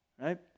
right